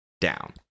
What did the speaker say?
down